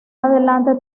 adelante